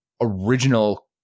original